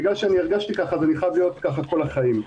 שבגלל שהרגשתי כך אז אני חייב להיות כך כל החיים.